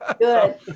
Good